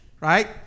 Right